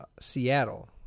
Seattle